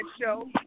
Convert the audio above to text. show